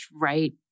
right